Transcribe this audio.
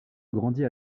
grandit